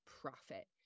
profit